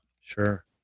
sure